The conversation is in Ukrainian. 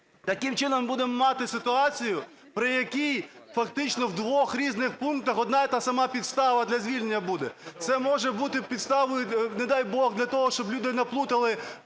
Таким чином, ми будемо мати ситуацію, при якій фактично в двох різних пунктах одна і та сама підстава для звільнення буде. Це може бути підставою, не дай Бог, для того, щоб люди наплутали